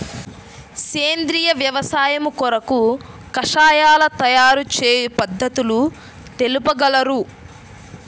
సేంద్రియ వ్యవసాయము కొరకు కషాయాల తయారు చేయు పద్ధతులు తెలుపగలరు?